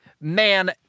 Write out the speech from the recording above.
man